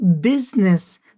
business